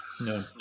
no